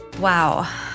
Wow